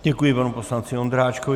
Děkuji panu poslanci Ondráčkovi.